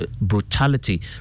brutality